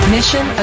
Mission